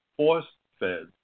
force-fed